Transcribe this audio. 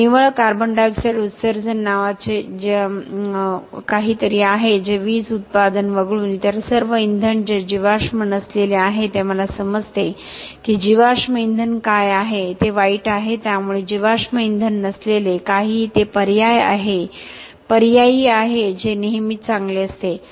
मग निव्वळ CO2 उत्सर्जन नावाचे काहीतरी आहे जे वीज उत्पादन वगळून इतर सर्व इंधन जे जीवाश्म नसलेले आहे ते मला समजते की जीवाश्म इंधन काय आहे ते वाईट आहे त्यामुळे जीवाश्म इंधन नसलेले काहीही ते पर्यायी आहे जे नेहमीच चांगले असते